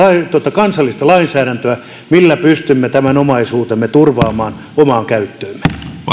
kansallista lainsäädäntöä millä pystymme tämän omaisuutemme turvaamaan omaan käyttöömme